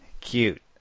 Cute